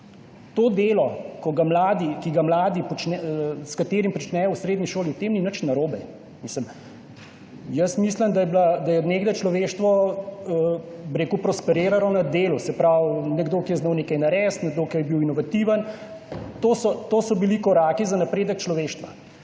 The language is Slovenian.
To delo, s katerim mladi začnejo v srednji šoli, s tem ni nič narobe. Jaz mislim, da je od nekdaj človeštvo prosperiralo na delu. Nekdo, ki je znal nekaj narediti, nekdo, ki je bil inovativen, to so bili koraki za napredek človeštva.